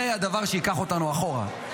זה הדבר שייקח אותנו אחורה.